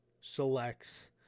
selects